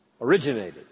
originated